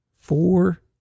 Four